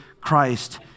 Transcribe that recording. Christ